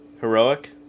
heroic